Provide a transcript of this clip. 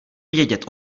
vědět